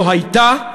לא הייתה,